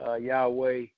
Yahweh